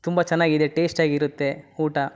ತುಂಬ ಚೆನ್ನಾಗಿದೆ ಟೇಸ್ಟ್ ಆಗಿ ಇರುತ್ತೆ ಊಟ